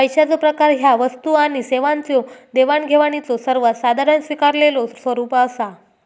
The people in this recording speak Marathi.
पैशाचो प्रकार ह्या वस्तू आणि सेवांच्यो देवाणघेवाणीचो सर्वात साधारण स्वीकारलेलो स्वरूप असा